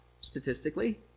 statistically